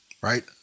right